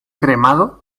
cremado